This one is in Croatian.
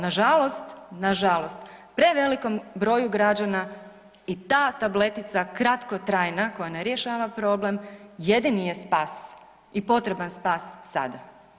Nažalost, nažalost prevelikom broju građana i ta tabletica kratkotrajna koja ne rješava problem jedini je spas i potreban spas sada.